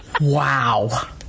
Wow